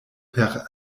per